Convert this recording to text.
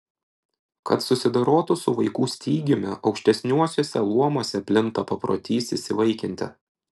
kad susidorotų su vaikų stygiumi aukštesniuosiuose luomuose plinta paprotys įsivaikinti